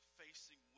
facing